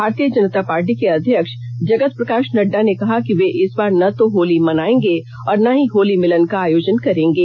भारतीय जनता पार्टी के अध्यक्ष जगत प्रकाश नड्डा ने कहा है कि वे इस बार न तो होली मनाएंगे और न ही होली मिलन का आयोजन करेंगे